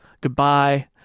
Goodbye